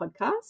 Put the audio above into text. podcast